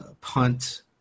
punt